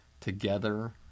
Together